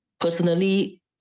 personally